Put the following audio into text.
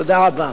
תודה רבה.